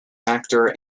actor